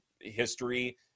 history